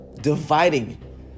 dividing